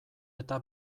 eta